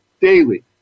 daily